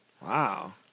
Wow